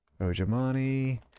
Ojimani